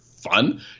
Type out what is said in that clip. fun